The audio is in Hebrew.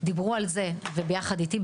דיברו על זה וביחד איתי,